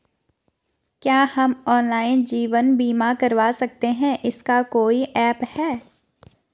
क्या हम ऑनलाइन जीवन बीमा करवा सकते हैं इसका कोई ऐप है?